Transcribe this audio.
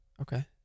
Okay